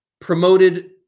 promoted